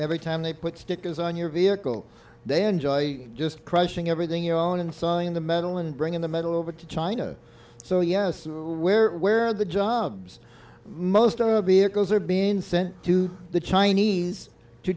every time they put stickers on your vehicle they enjoy just crushing everything you own and sign the medal and bring in the medal over to china so yes where where the jobs most of the it goes are being sent to the chinese to